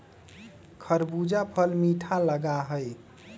खरबूजा फल मीठा लगा हई